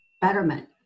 betterment